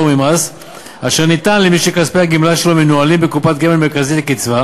ממס אשר ניתן למי שכספי הגמלה שלו מנוהלים בקופת גמל מרכזית לקצבה,